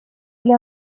для